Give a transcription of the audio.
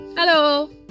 hello